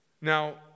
Now